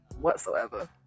whatsoever